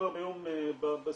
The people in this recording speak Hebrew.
הנה,